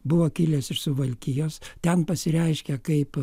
buvo kilęs iš suvalkijos ten pasireiškia kaip